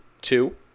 two